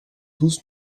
tous